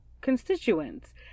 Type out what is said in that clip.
constituents